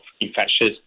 infectious